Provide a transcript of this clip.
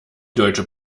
deutsche